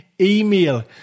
email